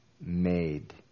made